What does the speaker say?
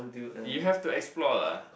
you have to explore lah